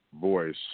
voice